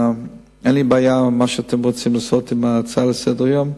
אין לי בעיה עם מה שאתם רוצים לעשות עם ההצעה לסדר-היום.